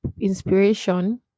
inspiration